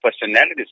personalities